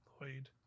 Lloyd